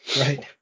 right